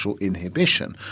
inhibition